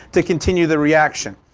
to continue the reaction.